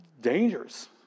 dangerous